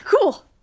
cool